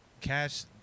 Cash